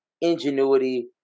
ingenuity